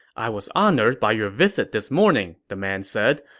i was honored by your visit this morning, the man said.